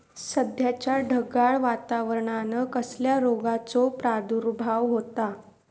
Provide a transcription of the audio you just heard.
सध्याच्या ढगाळ वातावरणान कसल्या रोगाचो प्रादुर्भाव होता?